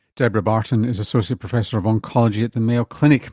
debra barton is associate professor of oncology at the mayo clinic